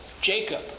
Jacob